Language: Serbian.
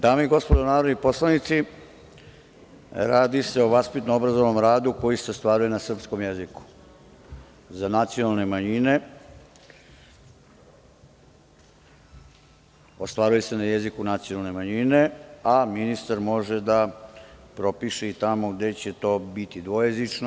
Dame i gospodo narodni poslanici, radi se o vaspitno-obrazovnom radu koji se ostvaruje na srpskom jeziku, za nacionalne manjine ostvaruje se na jeziku nacionalne manjine, a ministar može da propiše i tamo gde će to biti dvojezično.